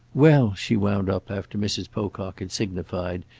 well, she wound up after mrs. pocock had signified,